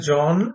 John